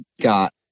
got